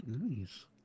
Nice